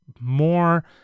more